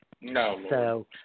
No